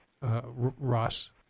Ross